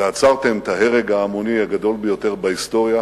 ועצרתם את ההרג ההמוני הגדול ביותר בהיסטוריה